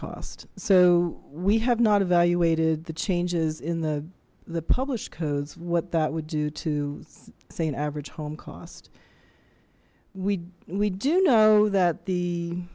cost so we have not evaluated the changes in the the published codes what that would do to say an average home cost we we do know that the